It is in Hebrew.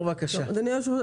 אדוני היושב-ראש,